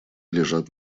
лежат